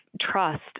trust